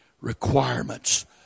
requirements